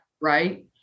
Right